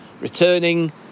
Returning